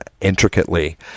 intricately